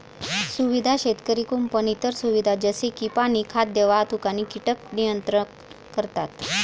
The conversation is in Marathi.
सुविधा शेतकरी कुंपण इतर सुविधा जसे की पाणी, खाद्य, वाहतूक आणि कीटक नियंत्रण करतात